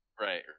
Right